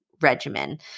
regimen